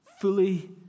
fully